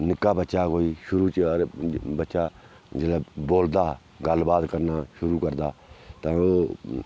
निक्का बच्चा कोई शुरू च अगर बच्चा जिसलै बोलदा गल्लबात करना शुरू करदा तां ओह्